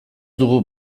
dugu